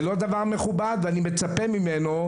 זה לא דבר מכובד ואני מצפה ממנו,